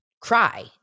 cry